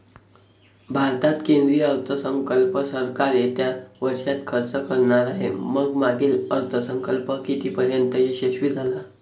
भारतात केंद्रीय अर्थसंकल्प सरकार येत्या वर्षात खर्च करणार आहे व मागील अर्थसंकल्प कितीपर्तयंत यशस्वी झाला